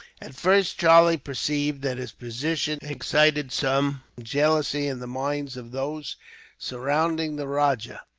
at first, charlie perceived that his position excited some jealousy in the minds of those surrounding the rajah.